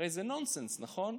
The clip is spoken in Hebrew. הרי זה נונסנס, נכון?